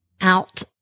out